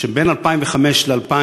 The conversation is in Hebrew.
בין 2005 ל-2011,